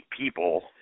people